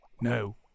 No